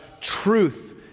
truth